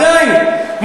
מה אני יודע?